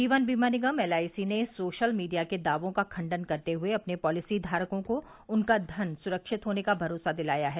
जीवन बीमा निगम एलआईसी ने सोशल मीडिया के दावों का खंडन करते हुए अपने पॉलिसी धारकों को उनका धन सुरक्षित होने का भरोसा दिलाया है